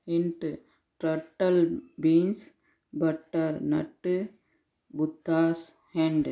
रिंट turtle beans butter nut Buddha's hand